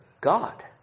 God